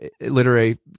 literary